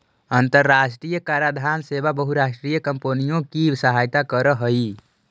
अन्तराष्ट्रिय कराधान सेवा बहुराष्ट्रीय कॉम्पनियों की सहायता करअ हई